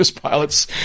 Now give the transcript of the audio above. pilot's